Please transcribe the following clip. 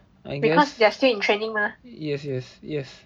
I guess yes yes yes